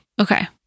Okay